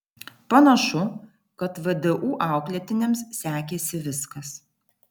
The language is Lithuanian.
panašu kad vdu auklėtiniams sekėsi viskas